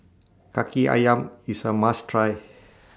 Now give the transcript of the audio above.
Kaki Ayam IS A must Try